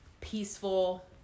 peaceful